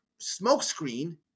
smokescreen